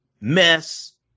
mess